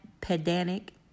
pedantic